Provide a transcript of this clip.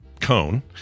cone